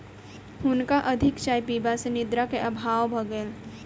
हुनका अधिक चाय पीबा सॅ निद्रा के अभाव भ गेल